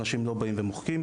אנשים לא באים ומוחקים.